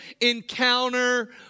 encounter